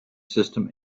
system